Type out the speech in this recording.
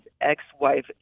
ex-wife